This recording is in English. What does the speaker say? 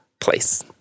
place